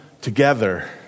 together